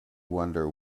wonder